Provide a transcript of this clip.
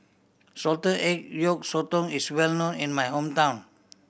salted egg yolk sotong is well known in my hometown